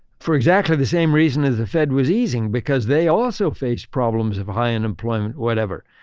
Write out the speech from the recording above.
for exactly the same reason as the fed was easing, because they also faced problems of high unemployment, whatever.